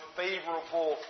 favorable